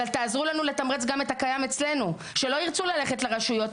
אבל תעזרו לנו לתמרץ גם את הקיים אצלנו שלא ירצו ללכת לרשויות.